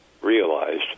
realized